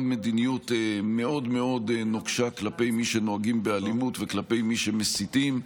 גם מדיניות מאוד מאוד נוקשה כלפי מי שנוהגים באלימות וכלפי מי שמסיתים,